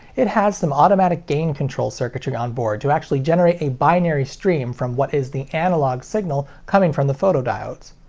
it has some automatic gain control circuitry onboard to actually generate a binary stream from what is the analog signal coming from the photodiodes.